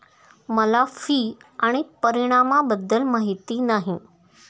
मला फी आणि परिणामाबद्दल माहिती नाही